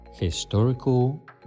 Historical